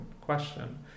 question